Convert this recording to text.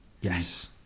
Yes